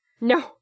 No